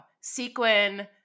sequin